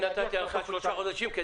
אני נתתי לך שלושה חודשים.